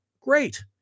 great